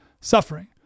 suffering